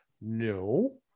No